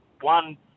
one